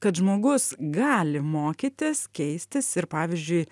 kad žmogus gali mokytis keistis ir pavyzdžiui